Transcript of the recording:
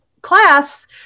class